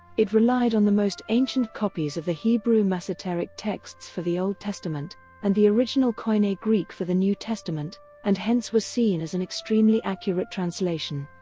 it relied on the most ancient copies of the hebrew masoteric texts for the old testament and the original koine greek for the new testament and hence was seen as an extremely accurate translation.